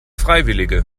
freiwillige